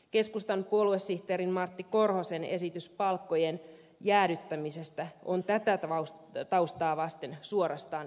keskustan puoluesihteerin jarmo korhosen esitys palkkojen jäädyttämisestä on tätä taustaa vasten suorastaan erikoinen